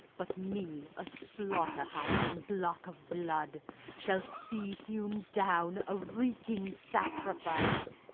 but me a slaughter-house and block of blood shall see hewn down, a reeking sacrifice.